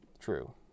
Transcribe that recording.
true